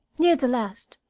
near the last.